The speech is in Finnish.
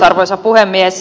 arvoisa puhemies